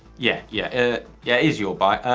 yeah, yeah, it yeah is your bike,